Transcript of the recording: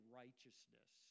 righteousness